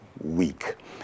week